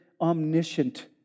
omniscient